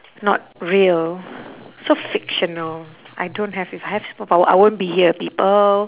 not real so fictional I don't have if I have superpower I won't be here people